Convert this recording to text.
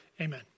Amen